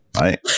right